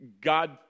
God